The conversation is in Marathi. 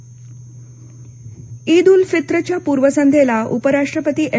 ईद शभेच्छा ईद उल फित्रच्या पूर्वसंध्येला उपराष्ट्रपती एम